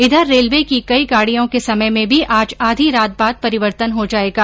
इधर रेलवे की कई गाडियों के समय में भी आज आधी रात बाद परिवर्तन हो जायेगा